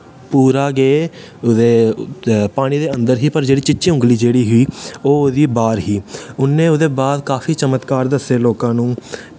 पूरा गै उ'दे पानी दे अन्दर ही पर जेह्ड़ी चीची उंगली जेह्ड़ी ही ओह् ओह्दी बाह्र ही उन्ने ओह्दे बाद काफी चमतकार दस्से लोकां नू